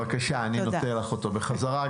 בבקשה, אני נותן לך אותו בחזרה.